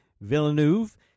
Villeneuve